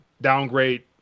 downgrade